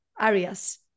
areas